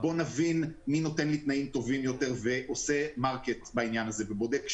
בוא נבין מי נותן לי תנאים טובים יותר ועושה מרקט בעניין הזה ובודק שוק.